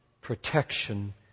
protection